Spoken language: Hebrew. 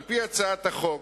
על-פי הצעת החוק,